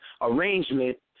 arrangement